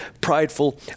prideful